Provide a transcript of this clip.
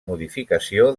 modificació